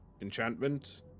Enchantment